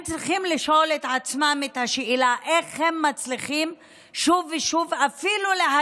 הם צריכים לשאול את עצמם את השאלה איך הם מצליחים שוב ושוב להדיר